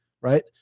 right